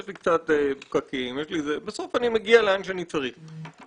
יש להם קצת פקקים אבל בסוף הם מגיעים לאן שהם צריכים להגיע.